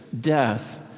death